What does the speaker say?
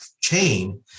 chain